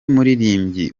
muririmbyi